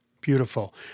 Beautiful